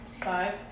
Five